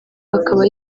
akaba